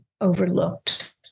overlooked